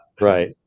right